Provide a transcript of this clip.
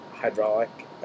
Hydraulic